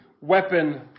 weapon